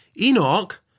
Enoch